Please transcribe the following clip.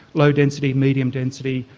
low density, medium density,